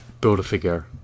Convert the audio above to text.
Build-A-Figure